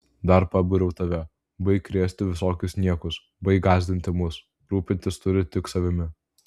dar pabariau tave baik krėsti visokius niekus baik gąsdinti mus rūpintis turi tik savimi